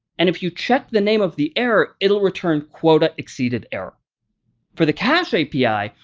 and if you check the name of the error, it'll return quotaexceedederror. for the cache api,